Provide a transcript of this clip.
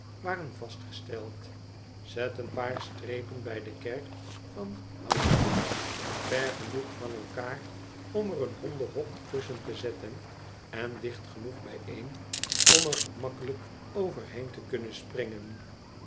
waren vastgesteld zet een paar strepen bij de kerk van houndsditch ver genoeg van elkaar om er een hondenhok tusschen te zetten en dicht genoeg bijeen om er gemakkelijk over heen te kunnen springen